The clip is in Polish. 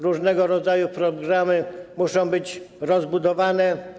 Różnego rodzaju programy muszą być rozbudowane.